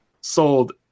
sold